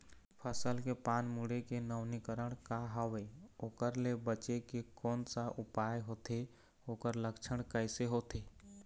फसल के पान मुड़े के नवीनीकरण का हवे ओकर ले बचे के कोन सा उपाय होथे ओकर लक्षण कैसे होथे?